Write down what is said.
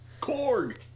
Korg